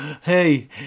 hey